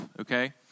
okay